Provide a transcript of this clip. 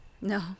No